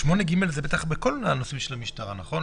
8(ג) זה נכון לכל הנושאים של המשטרה, נכון?